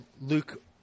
Luke